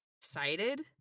excited